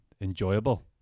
enjoyable